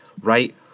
right